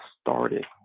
started